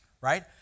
right